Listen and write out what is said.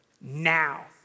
now